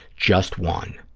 just one.